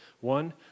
One